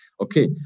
okay